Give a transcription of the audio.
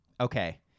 okay